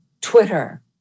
Twitter